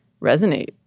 resonate